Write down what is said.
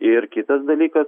ir kitas dalykas